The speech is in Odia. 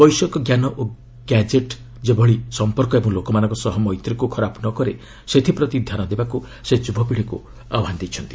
ବୈଷୟିକଞ୍ଜାନ ଓ ଗ୍ୟାଜେଡ୍ ଯେପରି ସମ୍ପର୍କ ଓ ଲୋକମାନଙ୍କ ସହ ମୈତ୍ରୀକୁ ଖରାପ ନ କରେ ସେଥିପ୍ରତି ଧ୍ୟାନ ଦେବାକୁ ସେ ଯୁବପିଢ଼ିକୁ ଆହ୍ୱାନ ଦେଇଛନ୍ତି